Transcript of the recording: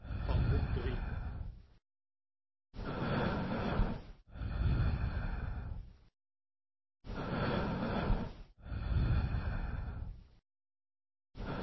van het dierbare boek